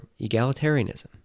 egalitarianism